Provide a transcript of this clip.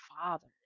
father